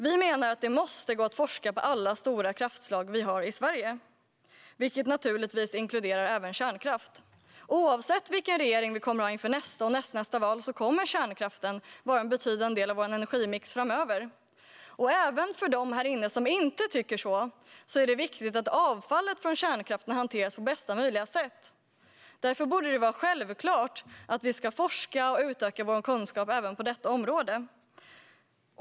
Vi menar att det måste gå att forska på alla stora kraftslag vi har i Sverige, vilket naturligtvis inkluderar kärnkraft. Oavsett vilken regering vi kommer att ha efter nästa och nästnästa val kommer kärnkraften att vara en betydande del av vår energimix framöver. Även för dem här inne som inte tycker så är det viktigt att avfallet från kärnkraften hanteras på bästa möjliga sätt. Därför borde det vara självklart att vi ska forska och utöka vår kunskap även på detta område.